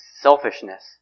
selfishness